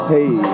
Hey